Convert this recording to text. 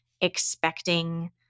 expecting